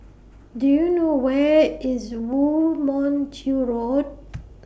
Do YOU know Where IS Woo Mon Chew Road